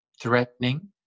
threatening